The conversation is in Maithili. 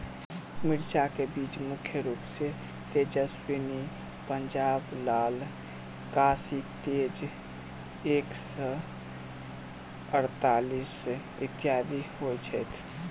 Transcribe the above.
मिर्चा केँ बीज मुख्य रूप सँ तेजस्वनी, पंजाब लाल, काशी तेज एक सै अड़तालीस, इत्यादि होए छैथ?